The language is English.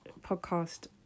podcast